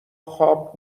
خواب